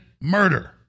murder